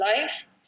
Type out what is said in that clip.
life